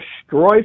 destroy